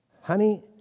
honey